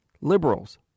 liberals